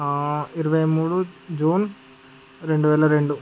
ఇరవై మూడు జూన్ రెండు వేల రెండు